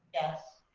yes.